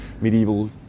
medieval